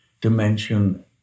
dimension